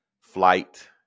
flight